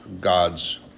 God's